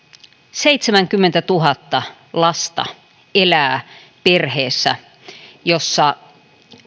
seitsemänkymmentätuhatta lasta elää perheessä jossa